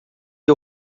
que